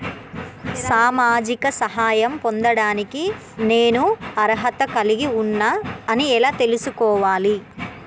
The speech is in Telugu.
సామాజిక సహాయం పొందడానికి నేను అర్హత కలిగి ఉన్న అని ఎలా తెలుసుకోవాలి?